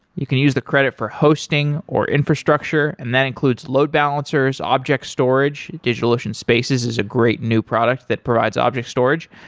you can use the credit for hosting, or infrastructure, and that includes load balancers, object storage. digitalocean spaces is a great new product that provides object storage,